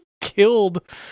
killed